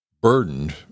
burdened